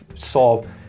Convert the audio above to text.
solve